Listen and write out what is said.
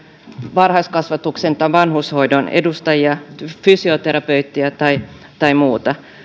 varhaiskasvatuksen tai vanhushoidon edustajia fysioterapeutteja ja muita